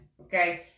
Okay